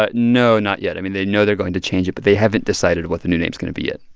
but no, not yet. i mean, they know they're going to change it, but they haven't decided what the new name is going to be yet